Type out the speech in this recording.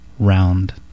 Round